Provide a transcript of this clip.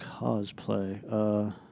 cosplay